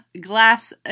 Glass